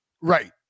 Right